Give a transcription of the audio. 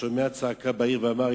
השומע צעקה בעיר ואמר,